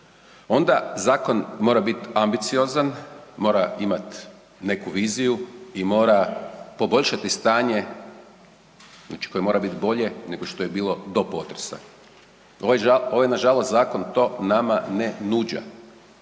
onda zakon mora bit ambiciozan, mora imat neku viziju i mora poboljšati stanje, znači koje mora bit bolje nego što je bilo do potresa. Ovaj nažalost zakon to nama ne nuđa,